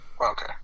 Okay